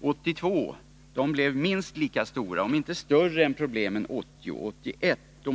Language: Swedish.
82 blev minst lika stora om inte större än problemen 1980/81.